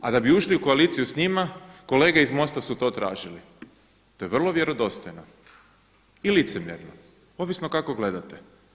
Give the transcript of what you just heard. A da bi ušli u koaliciju s njima kolege iz MOST-a su to tražili, to je vrlo vjerodostojno i licemjerno, ovisno kako gledate.